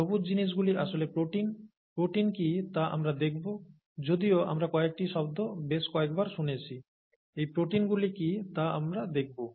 সবুজ জিনিসগুলি আসলে প্রোটিন প্রোটিন কী তা আমরা দেখবো যদিও আমরা কয়েকটি শব্দ বেশ কয়েকবার শুনেছি এই প্রোটিনগুলি কী তা আমরা দেখব